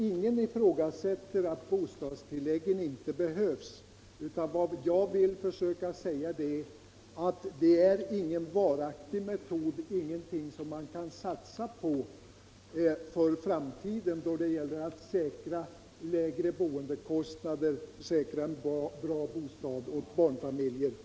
Ingen ifrågasätter att bostadstilläggen behövs. Vad jag vill understryka är att det inte är någon varaktig metod att satsa på för framtiden då det gäller att tillförsäkra barnfamiljer och andra behövande lägre boendekostnader och goda bostäder.